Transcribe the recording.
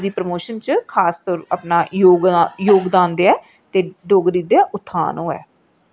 जेह्ड़े डोगरी दी प्रमोशन च खासकर अपना योगदान देऐ ते डोगरी उत्थान होऐ